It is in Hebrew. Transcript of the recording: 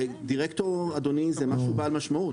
דירקטור זה משהו בעל משמעות.